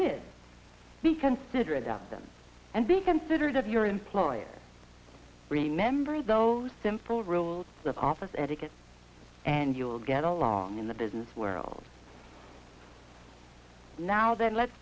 with be considerate of them and be considerate of your employer remember those simple rules of office etiquette and you'll get along in the business world now then let's